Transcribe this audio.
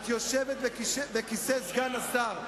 את יושבת בכיסא סגן השר.